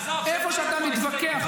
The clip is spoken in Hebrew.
עזוב --- איפה שאתה מתווכח,